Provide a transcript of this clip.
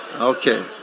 Okay